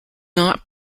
not